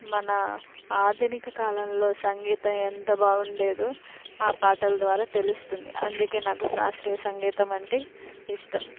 మన ఆధునిక కాలంలో సంగీతం ఎంత బాగుండేదో ఆ పాటల ద్వారా తెలుస్తుంది అందుకే నాకు శాస్త్రీయ సంగీతం అంటే ఇష్టం